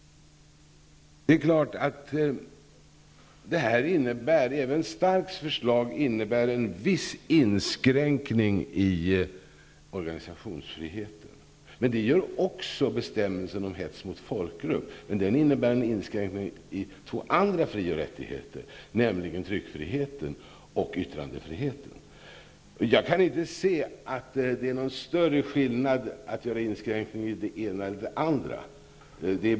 Även Starks förslag innebär en viss inskränkning i organisationsfriheten. Det gör också bestämmelsen om hets mot folkgrupp. Den innebär en inskränkning i två andra fri och rättigheter, nämligen tryckfriheten och yttrandefriheten. Jag kan inte se att det är någon större skillnad mellan att göra inskränkningar i den ena eller den andra.